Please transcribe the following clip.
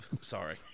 Sorry